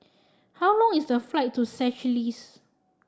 how long is the flight to Seychelles